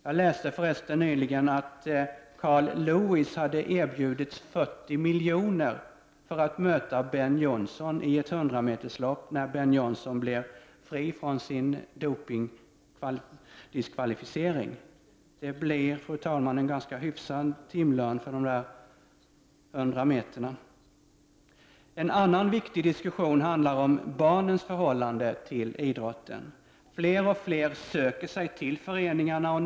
Jag läste nyligen att Carl Lewis hade erbjudits 40 milj.kr. för att möta Ben Johnson i ett hundrameterslopp, när Ben Johnson blev fri från sin dopingsdiskvalificering. Det blir en ganska hyfsad timlön för dessa hundra meter. En annan viktig diskussion handlar om barnens förhållande till idrotten. Fler och fler söker sig till föreningarna.